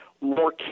more